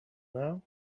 now